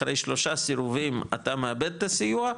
אחרי שלושה סירובים אתה מאבד את הסיוע,